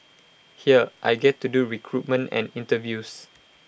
here I get to do recruitment and interviews